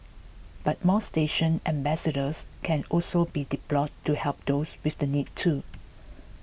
but more station ambassadors can also be deployed to help those with the need too